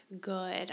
good